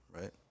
right